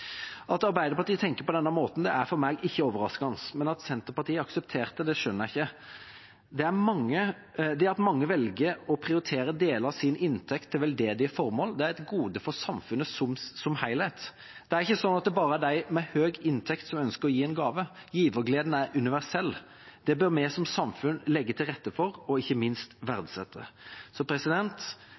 At Arbeiderpartiet tenker på denne måten, er for meg ikke overraskende, men at Senterpartiet aksepterte det, skjønner jeg ikke. Det at mange velger å prioritere deler av sin inntekt til veldedige formål, er et gode for samfunnet som helhet. Det er ikke sånn at det bare er de med høy inntekt som ønsker å gi en gave, givergleden er universell, det bør vi som samfunn legge til rette for og ikke minst verdsette. Så